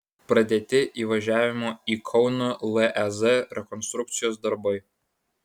pradėti įvažiavimo į kauno lez rekonstrukcijos darbai